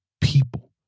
people